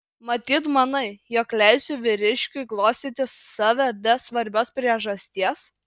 matyt manai jog leisiu vyriškiui glostyti save be svarbios priežasties